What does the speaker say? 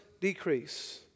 decrease